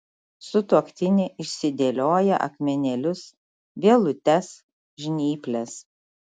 sutuoktinė išsidėlioja akmenėlius vielutes žnyples